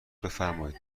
بفرمایید